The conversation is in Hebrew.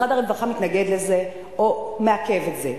משרד הרווחה מתנגד לזה או מעכב את זה,